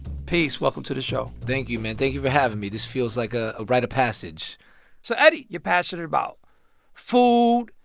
peace. welcome to the show thank you, man. thank you for having me. this feels like a rite of passage so, eddie, you're passionate about food,